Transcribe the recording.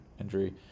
injury